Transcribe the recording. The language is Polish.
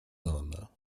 ona